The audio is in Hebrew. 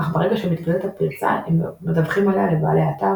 אך ברגע שמתגלית הפרצה הם מדווחים עליה לבעלי האתר,